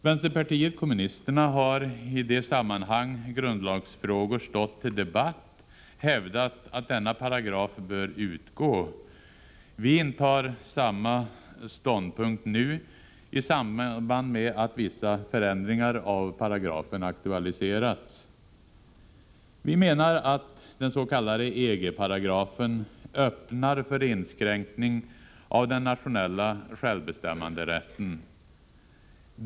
Vänsterpartiet kommunisterna har i de sammanhang grundlagsfrågor stått under debatt hävdat att denna paragraf bör utgå. Vi intar samma ståndpunkt nu i samband med att vissa förändringar av paragrafen aktualiserats. Vi menar att dens.k. EG-paragrafen öppnar möjligheter för inskränkning av den nationella självbestämmanderätten.